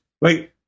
Wait